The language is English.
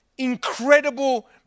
incredible